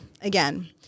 again